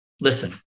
listen